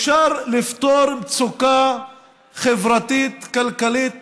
אפשר לפתור מצוקה חברתית כלכלית